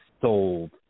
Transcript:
sold